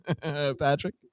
Patrick